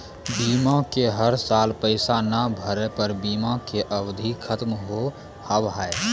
बीमा के हर साल पैसा ना भरे पर बीमा के अवधि खत्म हो हाव हाय?